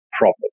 problem